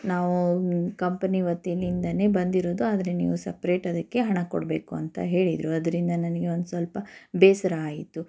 ನಾವು ಕಂಪ್ನೀ ವತಿಲಿಂದಾನೆ ಬಂದಿರೋದು ಆದರೆ ನೀವು ಸಪ್ರೇಟ್ ಅದಕ್ಕೆ ಹಣ ಕೊಡಬೇಕು ಅಂತ ಹೇಳಿದರು ಅದರಿಂದ ನನಗೆ ಒಂದು ಸ್ವಲ್ಪ ಬೇಸರ ಆಯಿತು